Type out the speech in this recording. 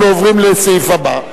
אנחנו עוברים לסעיף הבא: